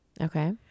Okay